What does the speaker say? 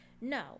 No